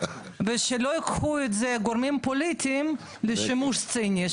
ושלא ייקחו את זה גורמים פוליטיים לשימוש ציני,